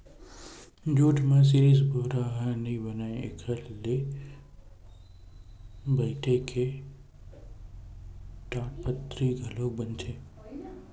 jute म सिरिफ बोरा ह नइ बनय एखर ले बइटे के टाटपट्टी घलोक बनथे